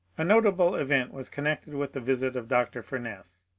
a notable event was connected with the visit of dr. furness.